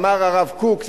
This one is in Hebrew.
אמר הרב קוק,